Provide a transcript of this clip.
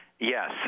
Yes